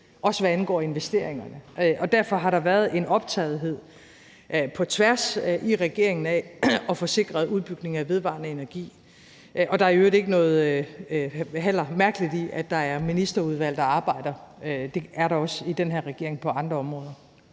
også hvad angår investeringer. Derfor har der været en optagethed på tværs i regeringen af at få sikret udbygning af vedvarende energi. Der er i øvrigt heller ikke noget mærkeligt i, at der er ministerudvalg, der arbejder. Det er der også i den her regering på andre områder.